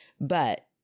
But-